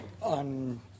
On